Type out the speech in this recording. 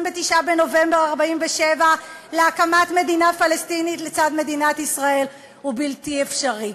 בנובמבר 1947 להקמת מדינה פלסטינית לצד מדינת ישראל הוא בלתי אפשרי.